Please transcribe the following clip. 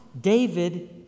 David